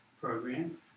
program